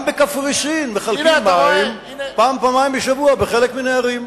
גם בקפריסין מחלקים מים פעם-פעמיים בשבוע בחלק מן הערים.